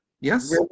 Yes